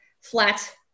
flat